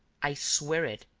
i swear it,